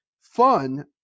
fun